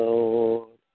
Lord